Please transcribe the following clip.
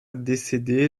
décédé